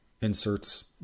Inserts